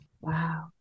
wow